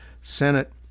Senate